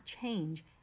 change